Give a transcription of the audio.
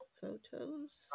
Photos